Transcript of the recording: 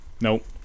nope